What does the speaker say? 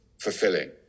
fulfilling